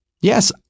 Yes